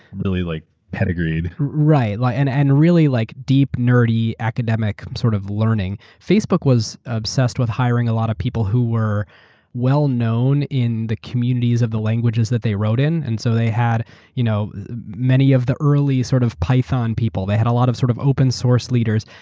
really, like pedigreed. right and and really really like deep nerdy, academic sort of learning. facebook was obsessed with hiring a lot of people who were well-known in the communities of the languages that they wrote in. and so they had you know many of the early sort of python people. they had a lot of sort of open source leaders.